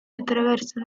attraverso